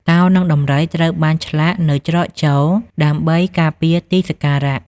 តោ និង ដំរី ត្រូវបានឆ្លាក់នៅច្រកចូលដើម្បីការពារទីសក្ការៈ។